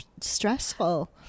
stressful